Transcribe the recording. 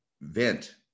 vent